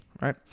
right